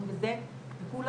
בקרב מבוגרים,